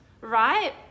right